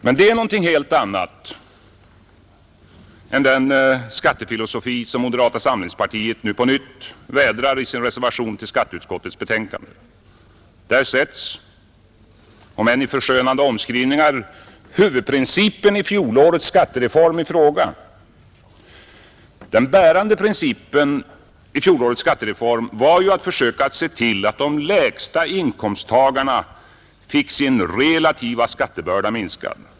Det är dock någonting helt annat än den skattefilosofi som moderata samlingspartiet nu på nytt vädrar i sin reservation till skatteutskottets betänkande. Där ställs, om än i förskönande omskrivningar, huvudprincipen i fjolårets skattereform i fråga. Den bärande principen i fjolårets skattereform var att försöka se till att de lägsta inkomsttagarna fick sin relativa skattebörda minskad.